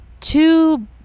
two